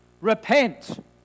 repent